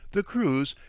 the crews,